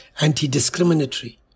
anti-discriminatory